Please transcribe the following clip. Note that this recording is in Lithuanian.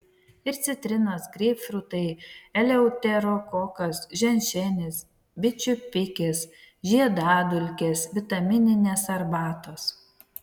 ir citrinos greipfrutai eleuterokokas ženšenis bičių pikis žiedadulkės vitamininės arbatos